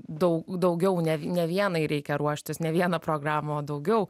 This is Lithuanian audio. dau daugiau ne ne vienai reikia ruoštis ne vieną programą o daugiau